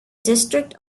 district